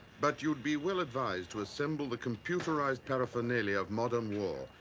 but you'd be well-advised to assemble the computerized paraphernalia of modern war,